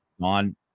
on